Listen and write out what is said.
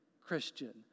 Christian